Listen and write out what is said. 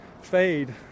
Fade